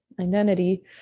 identity